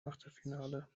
achtelfinale